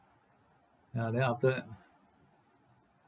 ya then after that